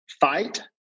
fight